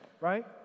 right